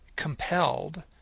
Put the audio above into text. compelled